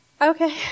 Okay